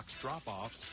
drop-offs